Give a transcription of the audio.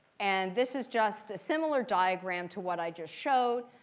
and this is just a similar diagram to what i just showed.